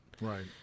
Right